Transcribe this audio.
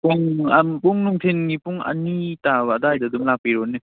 ꯄꯨꯡ ꯅꯨꯡꯊꯤꯜꯒꯤ ꯄꯨꯡ ꯑꯅꯤ ꯇꯥꯕ ꯑꯗꯨꯋꯥꯏꯗ ꯑꯗꯨꯝ ꯂꯥꯛꯄꯤꯔꯣꯅꯦ